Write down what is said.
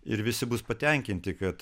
ir visi bus patenkinti kad